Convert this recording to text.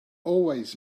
always